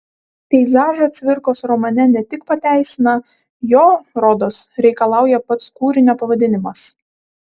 peizažą cvirkos romane ne tik pateisina jo rodos reikalauja pats kūrinio pavadinimas